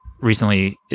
recently